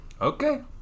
Okay